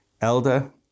Elder